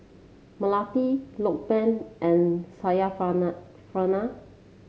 Melati Lokman and Syarafina